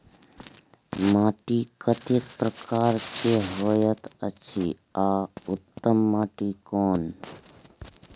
माटी कतेक प्रकार के होयत अछि आ उत्तम माटी कोन?